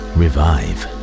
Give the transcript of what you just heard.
revive